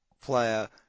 player